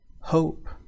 hope